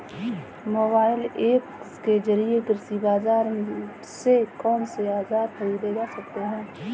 Mobile app के जरिए कृषि बाजार से कौन से औजार ख़रीदे जा सकते हैं?